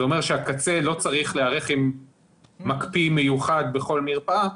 זה אומר שהקצה לא צריך להיערך עם מקפיא מיוחד בכל מרפאה,